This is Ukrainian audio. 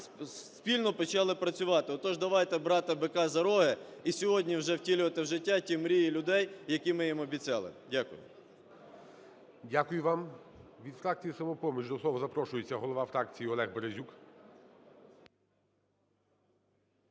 спільно почали працювати. Отож, давайте брати бика за роги і сьогодні вже втілювати в життя ті мрії людей, які ми їм обіцяли. Дякую. ГОЛОВУЮЧИЙ. Дякую вам. Від фракція "Самопоміч" запрошується голова фракції Олег Березюк.